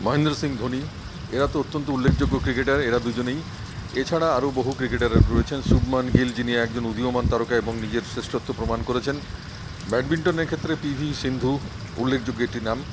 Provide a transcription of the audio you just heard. মহেন্দ্র সিং ধোনি এরা তো অত্যন্ত উল্লেখযোগ্য ক্রিকেটার এরা দুজনেই এছাড়া আরো বহু ক্রিকেটাররা রয়েছেন শুভমান গিল যিনি একজন উদীয়মান তারকা এবং নিজের শ্রেষ্ঠত্ব প্রমান করেছেন ব্যাটমিন্টনের ক্ষেত্রে পিভি সিন্ধু উল্লেখযোগ্য একটি নাম